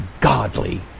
godly